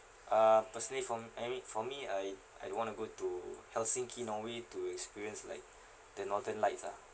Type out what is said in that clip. uh personally from I mean for me I I do want to go to helsinki norway to experience like the northern lights ah